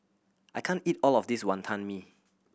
I can't eat all of this Wantan Mee